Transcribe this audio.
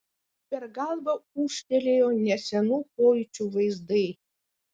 per galvą ūžtelėjo nesenų pojūčių vaizdai